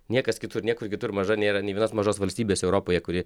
niekas kitur niekur kitur maža nėra nė vienos mažos valstybės europoje kuri